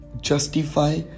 justify